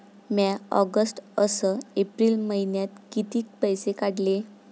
म्या ऑगस्ट अस एप्रिल मइन्यात कितीक पैसे काढले?